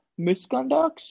misconducts